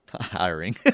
Hiring